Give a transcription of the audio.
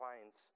finds